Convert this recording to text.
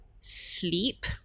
sleep